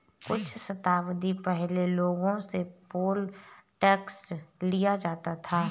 कुछ शताब्दी पहले लोगों से पोल टैक्स लिया जाता था